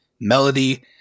melody